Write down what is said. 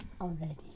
already